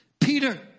Peter